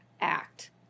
act